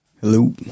Hello